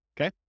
okay